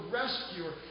rescuer